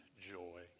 joy